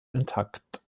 intakt